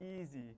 easy